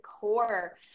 core